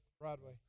Broadway